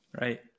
Right